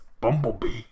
Bumblebee